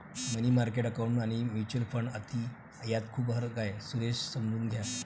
मनी market account आणि mutual fund यात खूप फरक आहे, सुरेश समजून घ्या